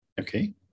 Okay